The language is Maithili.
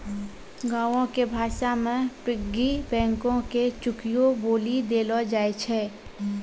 गांवो के भाषा मे पिग्गी बैंको के चुकियो बोलि देलो जाय छै